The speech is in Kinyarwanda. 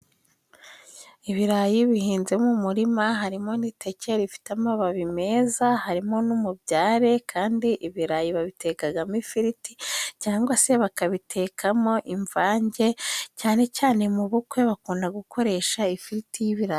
Ibirayi bihinze mu murima harimo n'iteke rifite amababi meza harimo n'umubyare kandi ibirayi babitekagamo ifiriti cyangwa se bakabitekamo imvange cyane cyane mu bukwe bakunda gukoresha ifiriti y'ibirayi.